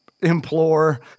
implore